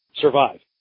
Survive